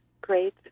Great